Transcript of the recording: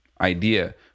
idea